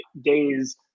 days